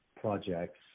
projects